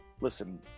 Listen